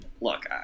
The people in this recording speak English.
Look